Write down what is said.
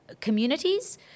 communities